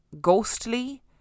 ghostly